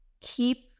keep